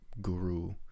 guru